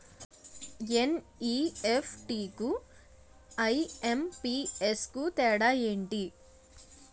NEFT కు IMPS కు తేడా ఎంటి?